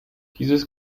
dieses